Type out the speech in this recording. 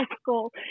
school